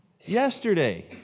Yesterday